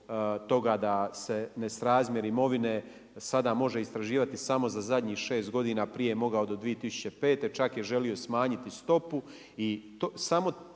toga se nesrazmjeri imovine sada može istraživati samo za zadnjih 6 godina, prije je mogao do 2005., čak je želio smanjiti stopu